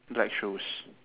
black shoes